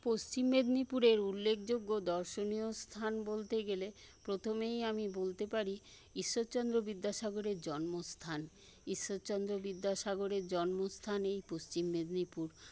পশ্চিম মেদিনীপুরের উল্লেখযোগ্য দর্শনীয় স্থান বলতে গেলে প্রথমেই আমি বলতে পারি ঈশ্বরচন্দ্র বিদ্যাসাগরের জন্মস্থান ঈশ্বরচন্দ্র বিদ্যাসাগরের জন্মস্থান এই পশ্চিম মেদিনীপুর